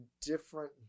different